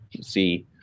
See